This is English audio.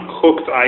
cooked